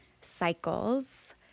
cycles